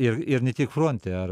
ir ir ne tik fronte ar